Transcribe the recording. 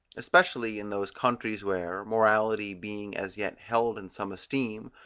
especially in those countries where, morality being as yet held in some esteem,